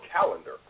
calendar